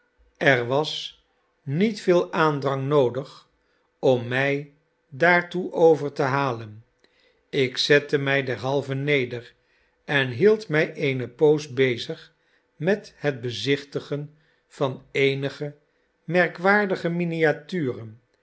er was niet veel aandrang noodig om mij daartoe over te halen ik zette mij derhalve neder en hield mij eene poos bezig met het bezichtigen van eenige merkwaardige miniaturen en